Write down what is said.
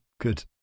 good